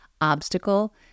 obstacle